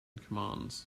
commands